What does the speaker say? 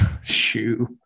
shoe